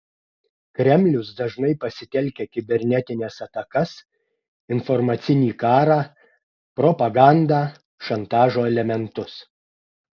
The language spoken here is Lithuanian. kremlius dažniai pasitelkia kibernetines atakas informacinį karą propagandą šantažo elementus